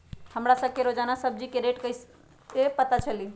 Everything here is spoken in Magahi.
हमरा सब के रोजान सब्जी के रेट कईसे पता चली?